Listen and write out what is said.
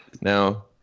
Now